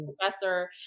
professor